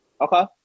okay